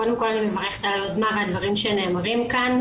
קודם כל אני מברכת על היוזמה ועל הדברים שנאמרים כאן.